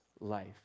life